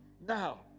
Now